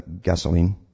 gasoline